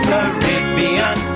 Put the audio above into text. Caribbean